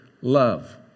love